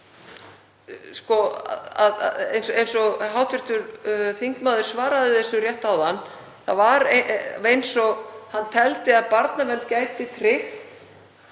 Eins og hv. þingmaður svaraði þessu rétt áðan var eins og hann teldi að barnavernd gæti tryggt